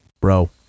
Bro